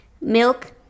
Milk